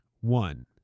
One